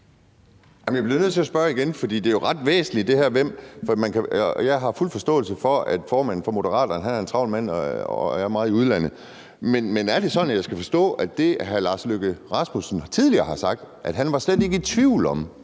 jeg bliver nødt til at spørge igen, for det her med hvem er jo ret væsentligt. Jeg har fuld forståelse for, at formanden for Moderaterne er en travl mand og er meget i udlandet. Men skal jeg forstå det sådan, at hr. Lars Løkke Rasmussen tidligere har sagt, at han slet ikke var i tvivl om,